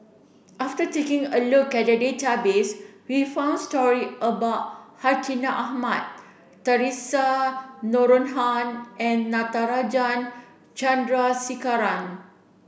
after taking a look at database we found story about Hartinah Ahmad Theresa Noronha and Natarajan Chandrasekaran